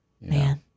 Man